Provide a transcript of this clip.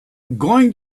going